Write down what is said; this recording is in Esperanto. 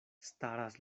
staras